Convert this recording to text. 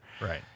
Right